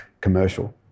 commercial